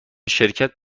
شرکت